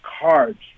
cards